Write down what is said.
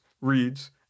reads